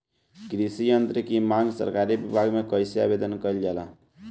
कृषि यत्र की मांग सरकरी विभाग में कइसे आवेदन कइल जाला?